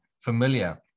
familiar